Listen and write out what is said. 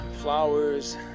flowers